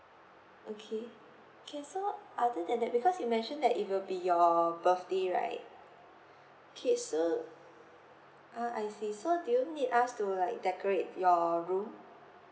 okay K so other than that because you mentioned that it will be your birthday right K so ah I see so do you need us to like decorate your room